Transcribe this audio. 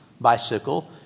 bicycle